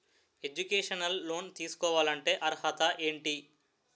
Educational loan తీసుకోవాలంటే అర్హత ఏంటి?